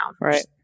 Right